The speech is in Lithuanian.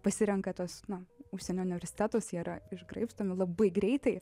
pasirenka tas na užsienio universitetuose jie yra išgraibstomi labai greitai